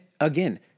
again